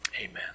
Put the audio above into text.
amen